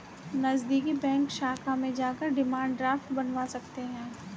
नज़दीकी बैंक शाखा में जाकर डिमांड ड्राफ्ट बनवा सकते है